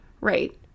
Right